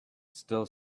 still